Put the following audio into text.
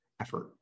effort